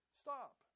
stop